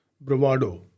bravado